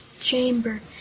chamber